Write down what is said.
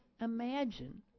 imagine